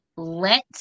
let